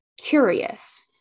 curious